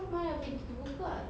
mana ada pintu terbuka